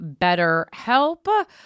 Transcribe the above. BetterHelp